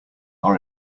are